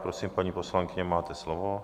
Prosím, paní poslankyně, máte slovo.